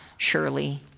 surely